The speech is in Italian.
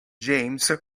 james